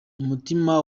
umutima